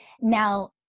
now